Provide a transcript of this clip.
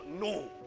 No